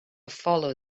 follow